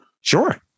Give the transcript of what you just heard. Sure